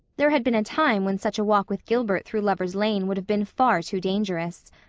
there had been a time when such a walk with gilbert through lovers' lane would have been far too dangerous.